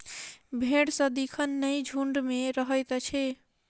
भेंड़ सदिखन नै झुंड मे रहैत अछि